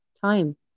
time